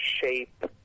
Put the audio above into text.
shape